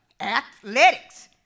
athletics